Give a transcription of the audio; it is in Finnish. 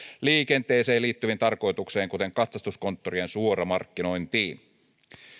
liikenteeseen liittyvään tarkoitukseen kuten katsastuskonttorien suoramarkkinointiin